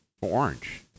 orange